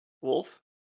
Wolf